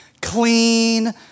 clean